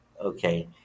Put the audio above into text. okay